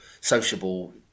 sociable